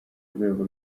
urwego